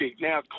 Now